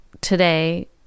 today